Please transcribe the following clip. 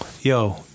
yo